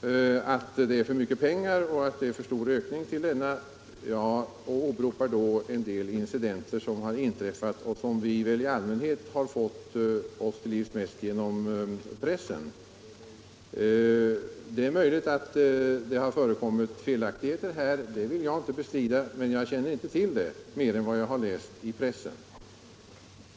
säger herr Pettersson i Västerås att det är för mycket pengar och för stor ökning till denna verksamhet. Han åberopar en del incidenter som har inträffat och som vi väl i allmänhet har fått oss till livs mest genom pressen. Det är möjligt att det här har förekommit felaktigheter; det vill jag inte 31 bestrida. Men jag känner inte till mer än vad jag har läst i pressen.